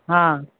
ହଁ